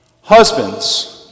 Husbands